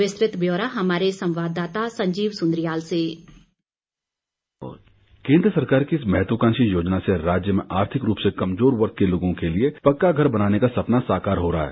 विस्तृत ब्यौरा हमारे संवाददाता संजीव सुंद्रियाल से डिस्पैच केन्द्र सरकार के इस महत्वकांक्षी योजना से राज्य में आर्थिक रूप से कमजोर वर्ग के लोगों के लिए पक्का घर बनाने का सपना साकार हो रहा है